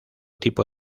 tipo